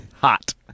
hot